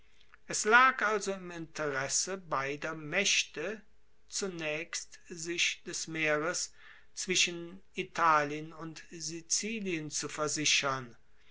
es lag also im interesse beider maechte zunaechst sich des meeres zwischen italien und sizilien zu versichern